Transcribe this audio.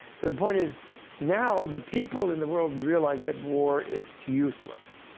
so the point is now the people in the world realize that war is useless.